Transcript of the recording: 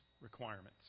requirements